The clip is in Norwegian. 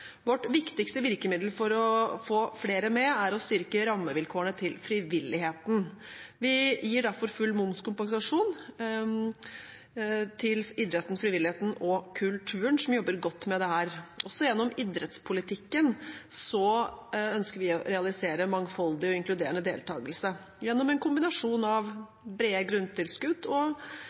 Vårt viktigste virkemiddel for å få flere med er å styrke rammevilkårene til frivilligheten. Vi gir derfor full momskompensasjon til idretten, frivilligheten og kulturen, som jobber godt med dette. Også gjennom idrettspolitikken ønsker vi å realisere mangfoldig og inkluderende deltakelse, gjennom en kombinasjon av brede grunntilskudd